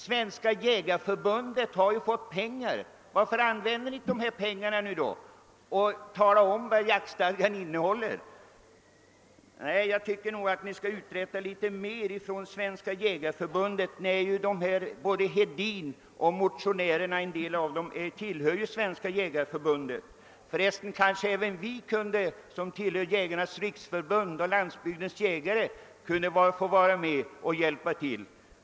Svenska jägareförbundet har ju fått en hel del pengar. Varför använder ni inte dem för att tala om vad jaktstadgan innehåller? Jag tycker nog att Svenska jägareförbundet borde uträtta litet mera. Både herr Hedin och några andra motionärer tillhör ju detta förbund. Vi som tillhör Jägarnas riksförbund och Landsbygdens jägare kunde ju få vara med och hjälpa till.